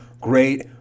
great